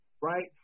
right